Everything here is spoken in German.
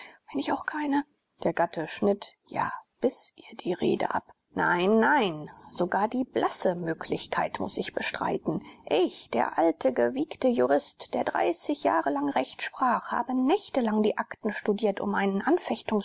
wenn ich auch keine der gatte schnitt ja biß ihr die rede ab nein nein sogar die blasse möglichkeit muß ich bestreiten ich der alte gewiegte jurist der dreißig jahre lang recht sprach habe nächte lang die akten studiert um einen